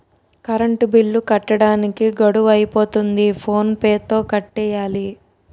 current bill కట్టడానికి గడువు అయిపోతంది ఫోన్ పే తో కట్టియ్యాల